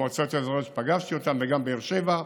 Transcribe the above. המועצות האזוריות שפגשתי אותן, וגם בבאר שבע,